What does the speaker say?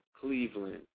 Cleveland